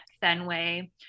Fenway